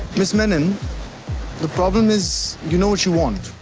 ms. menon, and the problem is you know what you want,